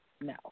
No